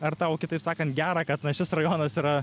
ar tau kitaip sakant gera kad na šis rajonas yra